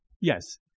yes